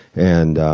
and,